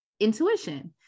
intuition